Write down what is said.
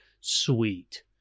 Sweet